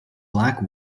black